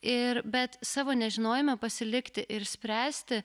ir bet savo nežinojome pasilikti ir spręsti